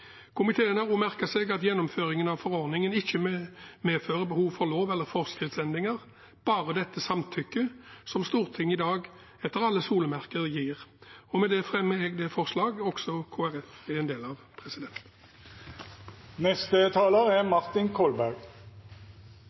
Komiteen har også merket seg at gjennomføringen av forordningen ikke medfører behov for lov- eller forskriftsendringer, bare dette samtykket som Stortinget i dag etter alle solemerker gir. Jeg anbefaler komiteens tilråding, som også Kristelig Folkeparti er en del av.